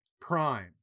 Prime